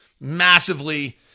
massively